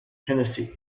tennessee